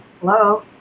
hello